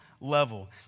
level